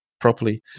properly